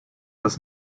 das